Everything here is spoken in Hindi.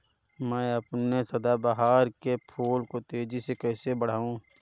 मैं अपने सदाबहार के फूल को तेजी से कैसे बढाऊं?